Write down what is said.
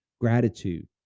gratitude